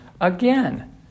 again